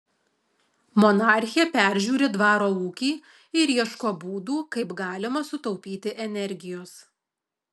monarchė peržiūri dvaro ūkį ir ieško būdų kaip galima sutaupyti energijos